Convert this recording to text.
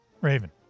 Raven